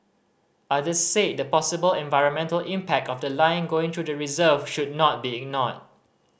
others said the possible environmental impact of the line going through the reserve should not be ignored